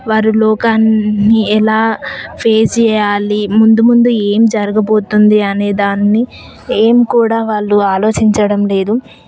వారు లోకాన్ని ఎలా ఫేస్ చేయాలి ముందు ముందు ఏం జరగబోతుంది అనే దాన్ని ఏం కూడా వాళ్ళు ఆలోచించడం లేదు